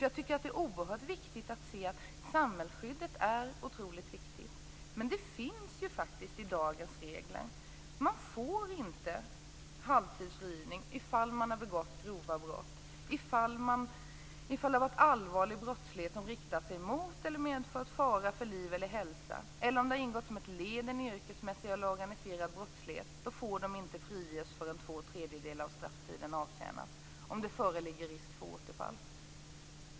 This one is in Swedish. Jag tycker att det är viktigt att se att samhällsskyddet är otroligt viktigt. Men det finns faktiskt i dagens regler. Man får inte halvtidsfrigivning om man har begått grova brott. Om det har varit allvarlig brottslighet som riktat sig mot eller medfört fara för liv eller hälsa eller om brottet har ingått som ett led i en yrkesmässig eller organiserad brottslighet får man inte friges förrän två tredjedelar av strafftiden avtjänats om det föreligger risk för återfall.